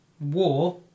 war